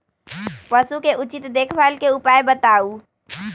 पशु के उचित देखभाल के उपाय बताऊ?